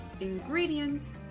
ingredients